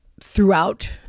throughout